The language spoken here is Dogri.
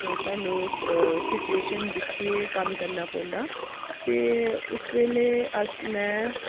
स्हानू सिचुएशन दिक्खियै ऐ कम्म करना पौंदा ते उस बेल्लै में